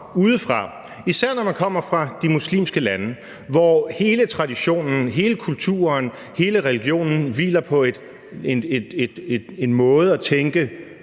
især når man kommer fra de muslimske lande, hvor hele traditionen, hele kulturen og hele religionen hviler på en måde at tænke